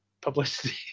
publicity